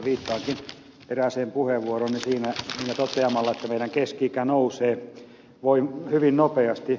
viittaankin erääseen puheenvuorooni siinä toteamalla että meidän keski ikämme nousee hyvin nopeasti